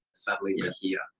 suddenly we are here.